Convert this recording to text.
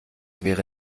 wäre